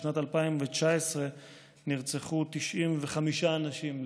בשנת 2019 נרצחו 95 אנשים,